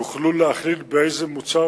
יוכלו להחליט באיזה מוצר